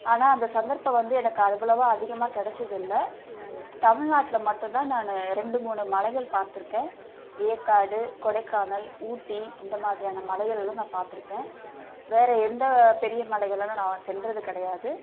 ஆனால் அந்த சந்தர்ப்பம் வந்து எனக்கு அவ்வளவாக அதிகமாக கெடைச்சது இல்லை தமிழ் நாட்டில் மட்டும்தான் நான் ரெண்டு மூணு மலைகள் பார்த்துருக்கேன் ஏற்காடு கொடைக்கானல் ஊட்டி இந்த மாதிரியான மலைகளுலும் நான் பார்த்துருக்கேன் வேறு எந்த பெரிய மலைகளிலும் நான் சென்றது கிடையாது